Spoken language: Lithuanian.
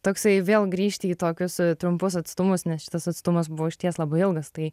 toksai vėl grįžti į tokius trumpus atstumus nes šitas atstumas buvo išties labai ilgas tai